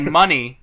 money